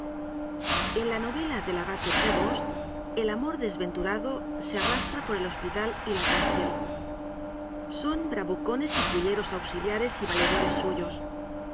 en la novela del abate prévost el amor desventurado se arrastra por el hospital y la cárcel son bravucoies y fulleros auxiliares y valedores suyos